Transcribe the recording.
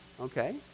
Okay